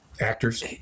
actors